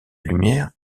lumière